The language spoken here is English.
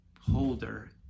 holder